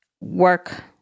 work